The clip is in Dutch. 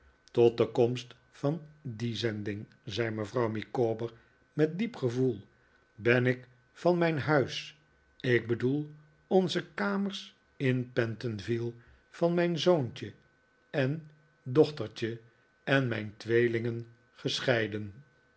tot de komst van die zending zei mevrouw micawber met diep gevoel ben ik van mijn huis ik bedoel onze kamers in pentonville van mijn zoontje en dochtertje en mijn tweelingen gescheiden